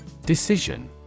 Decision